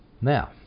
Now